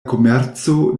komerco